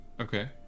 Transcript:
Okay